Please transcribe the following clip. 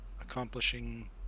accomplishing